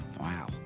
Wow